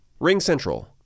RingCentral